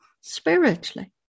spiritually